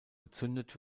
gezündet